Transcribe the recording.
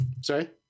sorry